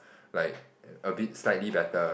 like a bit slightly better